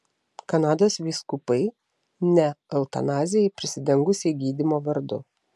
kanados vyskupai ne eutanazijai prisidengusiai gydymo vardu